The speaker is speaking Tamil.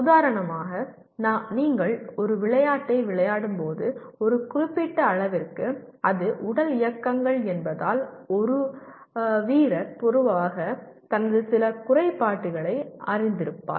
உதாரணமாக நீங்கள் ஒரு விளையாட்டை விளையாடும்போது ஒரு குறிப்பிட்ட அளவிற்கு அது உடல் இயக்கங்கள் என்பதால் ஒரு வீரர் பொதுவாக தனது சில குறைபாடுகளை அறிந்திருப்பார்